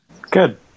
good